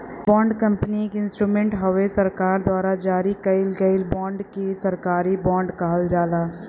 bond company एक instrument हउवे सरकार द्वारा जारी कइल गयल बांड के सरकारी बॉन्ड कहल जाला